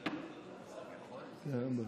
הסתייגות מס'